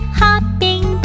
hopping